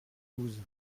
douze